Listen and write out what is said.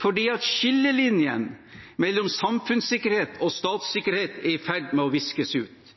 For skillelinjen mellom samfunnssikkerhet og statssikkerhet er i ferd med å viskes ut.